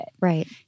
Right